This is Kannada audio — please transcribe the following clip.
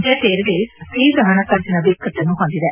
ಜೆಟ್ ಏರ್ವೇಸ್ ತೀವ್ರ ಹಣಕಾಸಿನ ಬಿಕ್ಕಟ್ಸನ್ನು ಹೊಂದಿದೆ